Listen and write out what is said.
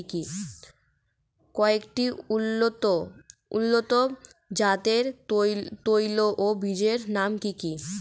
কয়েকটি উন্নত জাতের তৈল ও বীজের নাম কি কি?